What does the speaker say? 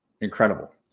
Incredible